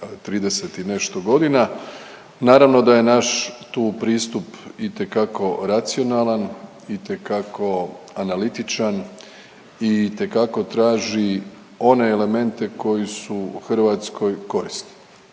30 i nešto godina, naravno da je naš tu pristup itekako racionalan, itekako analitičan i itekako traži one elemente koji su Hrvatskoj korisni.